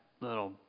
little